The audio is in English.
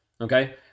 Okay